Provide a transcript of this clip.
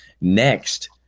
Next